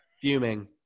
fuming